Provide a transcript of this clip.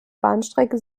bahnstrecke